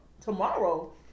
tomorrow